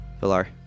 Villar